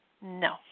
no